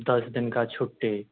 दस दिन का छुट्टी